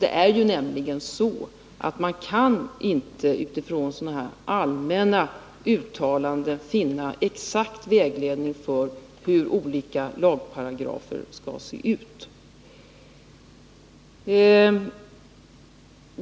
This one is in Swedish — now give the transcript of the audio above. Man kan nämligen 23 november 1981 inte utifrån sådana här allmänna uttalanden finna exakt vägledning för hur olika lagparagrafer skall se ut.